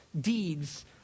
deeds